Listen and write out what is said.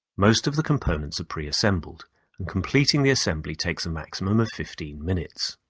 most of the components are preassembled and completing the assembly takes a maximum of fifteen minutes.